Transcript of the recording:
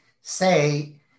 say